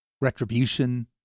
retribution